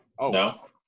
No